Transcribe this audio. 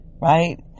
right